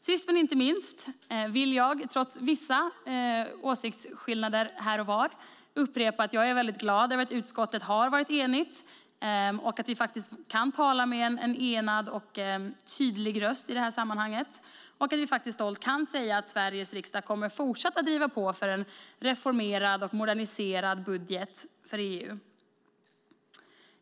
Sist men inte minst vill jag, trots vissa åsiktsskillnader här och var, upprepa att jag är glad över att utskottet har varit enigt, att vi kan tala med en enad och tydlig röst i detta sammanhang och att vi stolt kan säga att Sveriges riksdag kommer att fortsätta att driva på för en reformerad och moderniserad budget i EU.